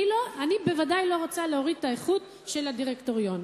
אני בוודאי לא רוצה להוריד את האיכות של הדירקטוריון,